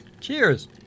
Cheers